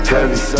Heavy